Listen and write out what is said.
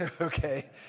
okay